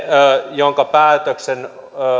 jonka päätöksen